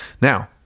Now